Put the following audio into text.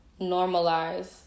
normalize